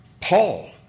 Paul